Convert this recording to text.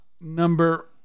Number